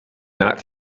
not